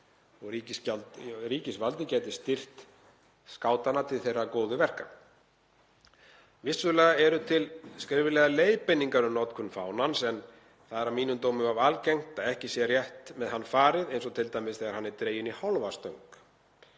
Ríkisvaldið gæti styrkt skátana til þeirra verka. Vissulega eru til skriflegar leiðbeiningar um notkun fánans en það er að mínum dómi of algengt að ekki sé rétt með hann farið eins og t.d. þegar hann er dreginn í hálfa stöng.